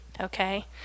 okay